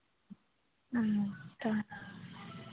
ᱦᱮᱸ ᱛᱚ